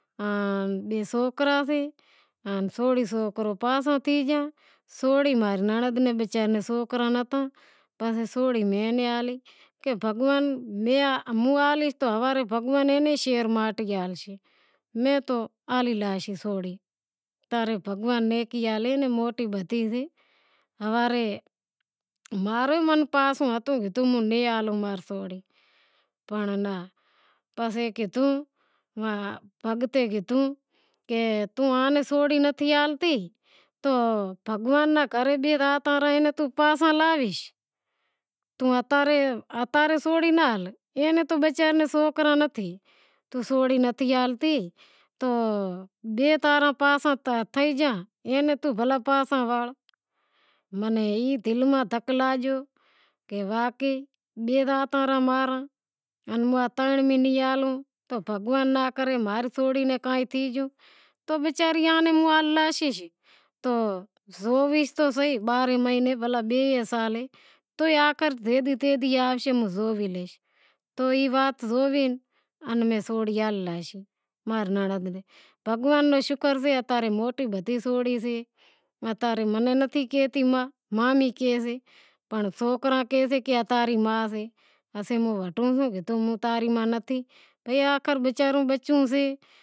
آن بئے سوکراں سیں سوڑی ماں نی ننڑند وچاری ناں سوکرا نتھاں کہ بھگواں موں ہالیس تو بھگوان ہوارے انے شہر میں اٹکیا ہالشے تو بھگوان نیکیاں ڈے ہوارے ماں نو من پاسو ہتو پنڑ ناں پسے کہے توں سوڑی نتھی ہالتی تو بھگوان نی گھرے توں راتیں رہے پاسا آلیش، ای وچاری نی سوکرا نتھی تو سوڑی نتھی ہالتی تو بئے تاراں پاساں تھے گیا تو توں ایناں بھلیں پاسا واڑ تو ما نیں دل ماہ دھک لاگیو کہ واقعی کہ بھگوان ناں کرے ماں ری سوری ناں کائیں تھے گیو تو وچاری ایئاں نیں زوئیس تو صحیح بارہیں مہینڑے بئے سال تو ئے زوئیس تو ای وات زوئے بھگوان رو شکر سے کہ اتا رے منع نتھی کہتی ماں مامی کہیسے پنڑ سوکرا کہیسے اتا ری ماں سے تو ہوں کہیسوں کہ تماں ری ماں نتھی،